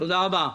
תודה רבה.